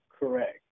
Correct